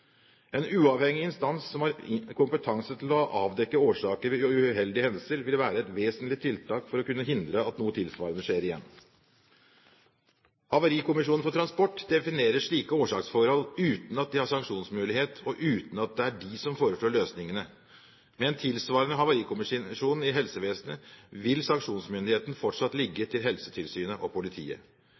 En uavhengig instans som har kompetanse til å avdekke årsaker eller uheldige hendelser, vil være et vesentlig tiltak for å kunne hindre at noe tilsvarende skjer igjen. Havarikommisjonen for transport definerer slike årsaksforhold uten at de har sanksjonsmulighet og uten at det er de som foreslår løsningene. Med en tilsvarende havarikommisjon i helsevesenet vil sanksjonsmyndigheten fortsatt ligge til Helsetilsynet og politiet.